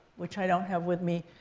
which i don't have with me.